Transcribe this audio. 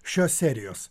šios serijos